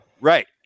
Right